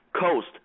Coast